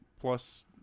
plus